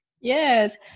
yes